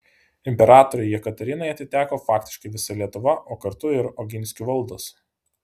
imperatorei jekaterinai atiteko faktiškai visa lietuva o kartu ir oginskių valdos